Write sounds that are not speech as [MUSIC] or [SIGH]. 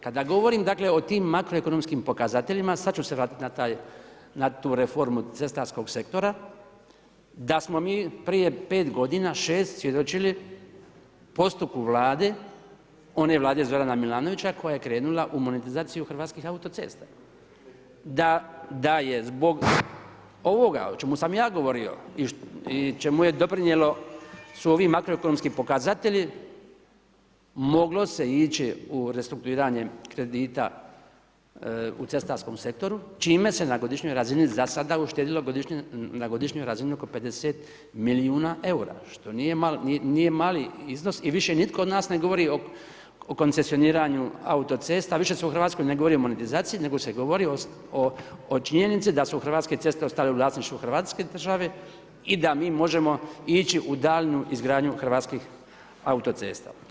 Kada govorim dakle o tim makroekonomskim pokazateljima, sad ću se vratit na tu reformu ... [UNINTELLIGIBLE] sektora, da smo mi prije 5 godina, 6 svjedočili postupku vlade, one vlade Zorana Milanovića koja je krenula u monetizaciju Hrvatskih autocesta, da je zbog ovoga o čemu sam ja govorio i čemu su doprinijeli ovi makroekonomski pokazatelji moglo se ići u restrukturiranje kredita u cestarskom sektoru, čime se na godišnjoj razini za sada uštedilo na godišnjoj razini oko 50 milijuna eura što nije mali iznos i više nitko od nas ne govori o koncesioniranju autocesta, više se u Hrvatskoj ne govori o monetizaciji, nego se govori o činjenici da su hrvatske ceste ostale u vlasništvu hrvatske države i da mi možemo ići u daljnju izgradnju hrvatskih autocesta.